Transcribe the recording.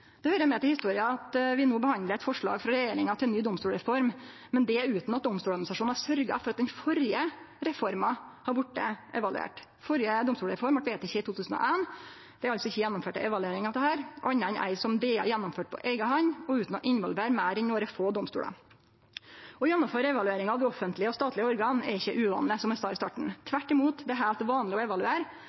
Det høyrer med til historia at vi no behandlar eit forslag frå regjeringa til ny domstolreform, men utan at Domstoladministrasjonen har sørgt for at den førre reforma har vorte evaluert. Den førre domstolreforma vart vedteken i 2001. Det er altså ikkje gjennomført ei evaluering av dette, anna enn ei som DA gjennomførte på eiga hand, og utan å involvere meir enn nokre få domstolar. Å gjennomføre evalueringar av offentlege og statlege organ er ikkje uvanleg, som eg sa i starten. Tvert imot – det er heilt vanleg å evaluere,